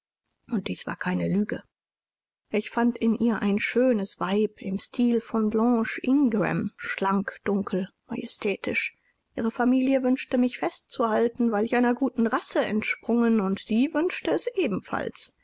und dies war keine lüge ich fand in ihr ein schönes weib im stil von blanche ingram schlank dunkel majestätisch ihre familie wünschte mich festzuhalten weil ich einer guten race entsprungen und sie wünschte es ebenfalls